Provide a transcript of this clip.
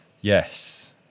Yes